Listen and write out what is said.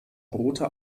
rote